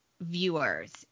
viewers